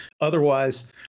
otherwise